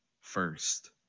first